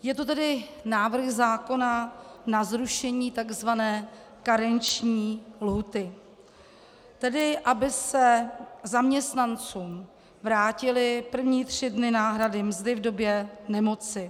Je to tedy návrh zákona na zrušení tzv. karenční lhůty, tedy aby se zaměstnancům vrátily první tři dny náhrady mzdy v době nemoci.